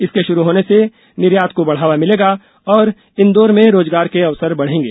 इसके षुरू होने से निर्यात को बढ़ावा मिलेगा और इंदौर में रोजगार के अवसर बढ़ेंगे